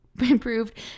improved